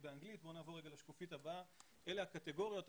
אלה הקטגוריות.